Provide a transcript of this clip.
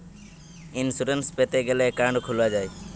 insurance পেতে গ্যালে account খুলা যায়